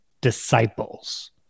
disciples